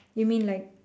you mean like